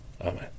Amen